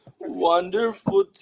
wonderful